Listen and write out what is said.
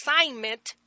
assignment